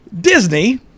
Disney